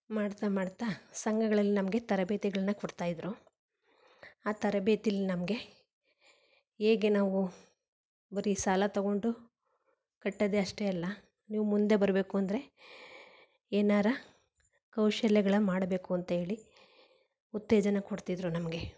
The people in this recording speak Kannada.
ಮಾಡ್ತಾ ಮಾಡ್ತಾ ಸಂಘಗಳಲ್ಲಿ ನಮಗೆ ತರಬೇತಿಗಳನ್ನು ಕೊಡ್ತಾ ಇದ್ದರು ಆ ತರಬೇತಿಲಿ ನಮಗೆ ಹೇಗೆ ನಾವೂ ಬರೀ ಸಾಲ ತಗೊಂಡು ಕಟ್ಟದೇ ಅಷ್ಟೆ ಅಲ್ಲ ನೀವು ಮುಂದೆ ಬರಬೇಕು ಅಂದರೆ ಏನಾರ ಕೌಶಲ್ಯಗಳ ಮಾಡಬೇಕು ಅಂತ್ಹೇಳಿ ಉತ್ತೇಜನ ಕೊಡ್ತಿದ್ದರು ನಮಗೆ